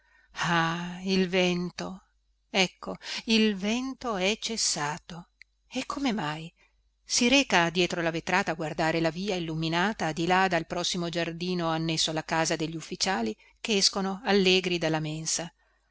ah il vento ecco il vento è cessato e come mai si reca dietro la vetrata a guardare la via illuminata di là dal prossimo giardino annesso alla casa degli ufficiali che escono allegri dalla mensa